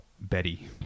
Betty